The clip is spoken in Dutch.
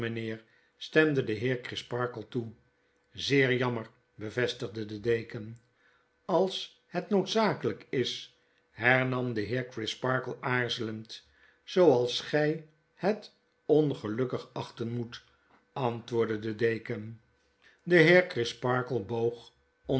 stemde de heer crisparkle toe zeer jammer bevestigde de deken als het noodzakelijk is hernam de heer crisparkle aarzelend zooals gij het ongelukkig achten moet antwoordde de deken de heer crisparkle